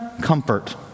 Comfort